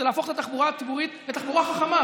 וזה להפוך את התחבורה הציבורית לתחבורה חכמה.